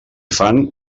fan